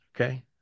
okay